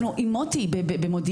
אנחנו עם מוטי במודיעין,